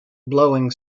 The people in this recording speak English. blowing